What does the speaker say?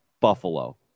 Buffalo